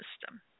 system